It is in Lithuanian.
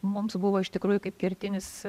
mums buvo iš tikrųjų kaip kertinis